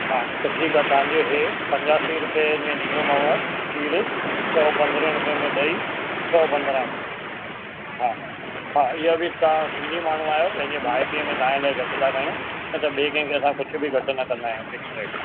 हा त ठीकु आहे तव्हांजे इहे पंजासी रुपए में ॾींदोमांव खीरु सौ पंद्रहें रुपए में ॾई सौ पंद्राहं रुपिया हा हा इहा बि तव्हां सिंधी माण्हू आयो पंहिंजे भाइटीअ में तव्हांजे लाइ घटि त कयूं त ॿिए कंहिंखे असां कुझु बि घटि न कंदा आहियूं फिक्स रेट आहे